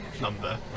number